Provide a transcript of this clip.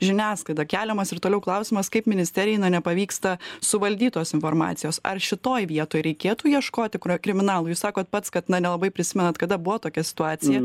žiniasklaidą keliamas ir toliau klausimas kaip ministerijai na nepavyksta suvaldyt tos informacijos ar šitoj vietoj reikėtų ieškoti kurio kriminalo jūs sakot pats kad na nelabai prisimenat kada buvo tokia situacija